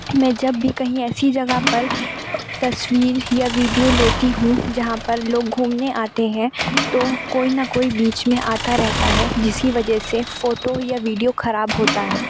میں جب بھی کہیں ایسی جگہ پر تصویر یا ویڈیو لیتی ہوں جہاں پر لوگ گھومنے آتے ہیں تو کوئی نہ کوئی بیچ میں آتا رہتا ہے جس کہ وجہ سے فوٹو یا ویڈیو خراب ہوتا ہے